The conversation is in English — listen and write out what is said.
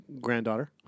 granddaughter